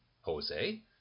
Jose